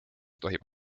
tohib